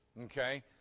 Okay